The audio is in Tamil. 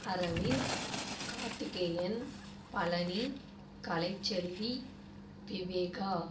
அரவிந்த் கார்த்திகேயன் பழனி கலைச்செல்வி திவேகா